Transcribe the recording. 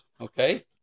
Okay